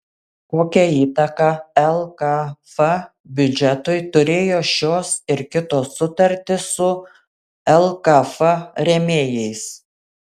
kokią įtaką lkf biudžetui turėjo šios ir kitos sutartys su lkf rėmėjais